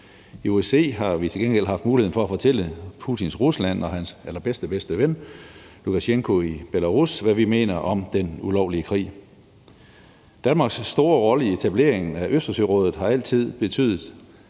I OSCE har vi til gengæld haft muligheden for at fortælle Putins Rusland og hans allerallerbedste ven, Lukasjenko i Belarus, hvad vi mener om den ulovlige krig. Danmarks store rolle i etableringen af Østersørådet har altid betydet,